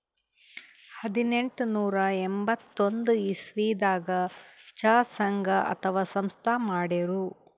ಹದನೆಂಟನೂರಾ ಎಂಬತ್ತೊಂದ್ ಇಸವಿದಾಗ್ ಚಾ ಸಂಘ ಅಥವಾ ಸಂಸ್ಥಾ ಮಾಡಿರು